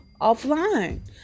offline